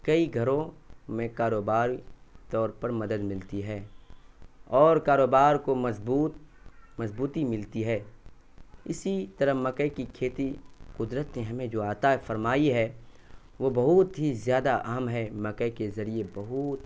کئی گھروں میں کاروبار طور پر مدد ملتی ہے اور کاروبار کو مضبوط مضبوطی ملتی ہے اسی طرح مکئی کی کھیتی قدرت نے ہمیں جو عطا فرمائی ہے وہ بہت ہی زیادہ عام ہے مکئی کے ذریعے بہت